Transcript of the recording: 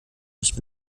nicht